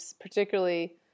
particularly